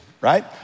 Right